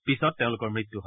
পিছত তেওঁলোকৰ মৃত্যু হয়